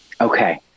Okay